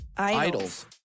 Idols